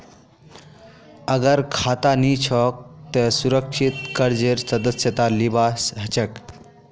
अगर खाता नी छोक त सुरक्षित कर्जेर सदस्यता लिबा हछेक